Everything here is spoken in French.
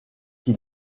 qui